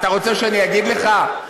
אתה רוצה שאני אגיד לך,